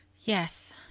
Yes